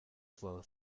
flow